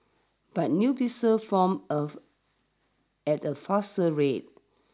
but new blisters formed of at a faster rate